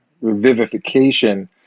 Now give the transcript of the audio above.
revivification